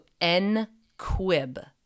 N-Quib